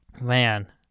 Man